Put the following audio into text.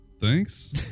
Thanks